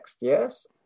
yes